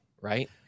Right